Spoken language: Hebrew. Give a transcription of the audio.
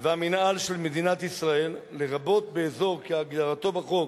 והמינהל של מדינת ישראל, לרבות באזור כהגדרתו בחוק